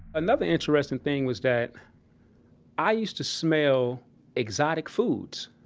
another interesting thing was that i used to smelle exotic foods.